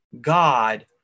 God